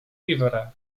vivere